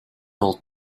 old